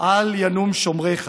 אל ינום שֹמרך.